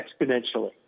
exponentially